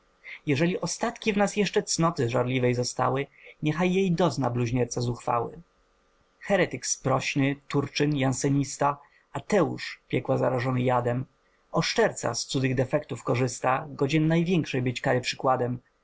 jeżeli ostatki w nas jeszcze cnoty żarliwej zostały niechaj jej dozna bluźnierca zuchwały heretyk sprośny turczyn jansenista ateusz piekła zarażony jadem oszczerca z cudzych defektów korzysta godzien największej być kary przykładem